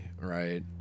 right